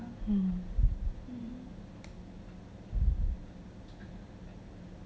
um